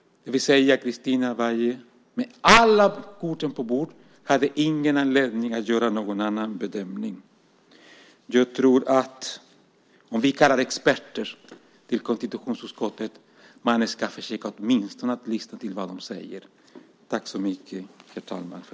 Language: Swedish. Det säger Christina Weihe med alla korten på bordet. Hon hade ingen anledning att göra någon annan bedömning. Om vi kallar experter till konstitutionsutskottet tror jag att man åtminstone ska försöka lyssna till vad de säger.